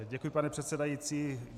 Děkuji, pane předsedající.